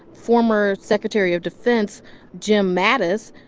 former secretary of defense jim mattis,